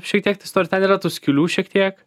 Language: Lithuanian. šiek tiek toj istorijoj ten yra tų skylių šiek tiek